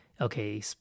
okay